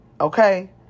Okay